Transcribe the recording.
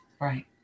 Right